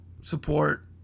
support